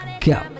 go